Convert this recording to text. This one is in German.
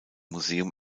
museum